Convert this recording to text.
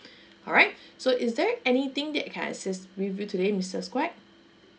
alright so is there anything that can I assist with you today missus quak